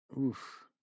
Oof